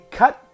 cut